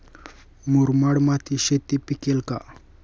मुरमाड मातीत शेती पिकेल का?